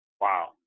Wow